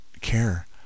care